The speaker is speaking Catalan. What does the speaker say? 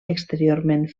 exteriorment